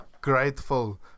grateful